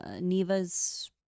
Neva's